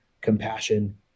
compassion